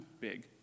big